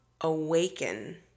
awaken